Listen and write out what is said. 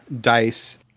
dice